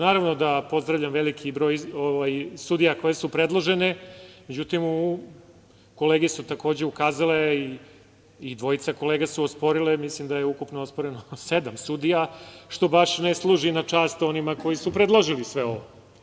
Naravno da pozdravljam veliki broj sudija koje su predložene, međutim, kolege su takođe ukazale i dvojica kolega su osporile, mislim da je ukupno osporeno sedam sudija, što baš ne služi na čast onima koji su predložili sve ovo.